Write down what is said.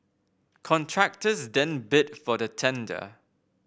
contractors then bid for the tender